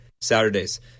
Saturdays